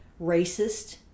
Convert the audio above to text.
racist